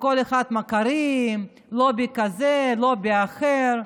לכל אחד מכרים, לובי כזה, לובי אחר,